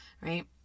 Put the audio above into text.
Right